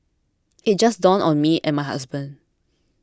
it just dawned on me and my husband